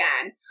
again